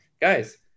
guys